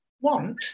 want